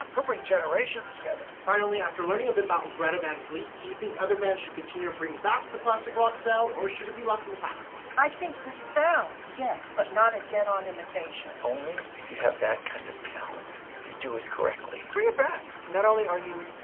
he'll bring generations together. finally, after learning a bit about greta van fleet, do you think other bands should continue to bring back the classic rock sound or should it be left in the past? i think the sound, yes, but not a dead-on imitation. only if you have that kind of talent to do it correctly. bring it back. not only are you